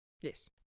Yes